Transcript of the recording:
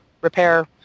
repair